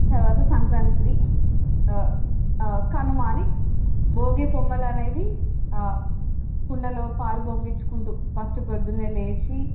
తర్వాత సంక్రాంత్రి కనుమ అని భోగి పొంగల్ అనేది కుండలో పాలు పొంగించుకుంటూ ఫస్ట్ పొద్దున్నే లేచి